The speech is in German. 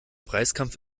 preiskampf